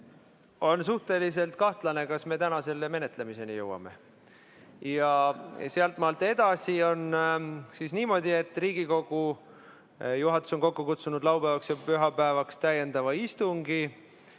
on suhteliselt kahtlane, kas me täna selle menetlemiseni jõuame. Sealtmaalt edasi on siis niimoodi, et Riigikogu juhatus on kokku kutsunud laupäevaks ja pühapäevaks täiendava istungi.